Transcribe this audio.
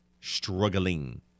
Struggling